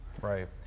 Right